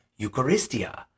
Eucharistia